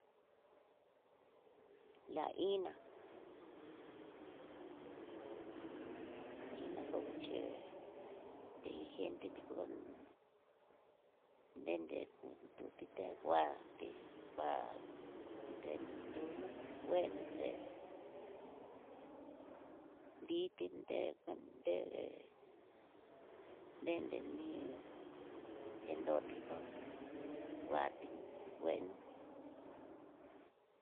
La iná, iná koixhé teligente tí ko ol nenré tute nguatí, kua tenetuno ngueno dé nriti dekuan dé dente ní kendoti kó nguate ngueno.